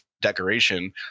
decoration